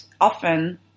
often